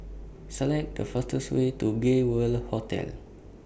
Select The fastest Way to Gay World Hotel